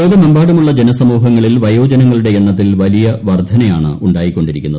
ലോകമെമ്പാടുമുള്ള ജനസമൂഹങ്ങളിൽ വ്യോജനങ്ങളുടെ എണ്ണത്തിൽ വലിയ വർധനയാണ് ഉണ്ടായിക്കൊണ്ടിരിക്കുന്നത്